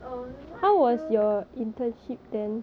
um now I do